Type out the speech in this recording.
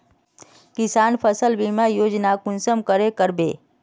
किसान फसल बीमा योजना कुंसम करे करबे?